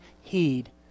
heed